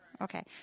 Okay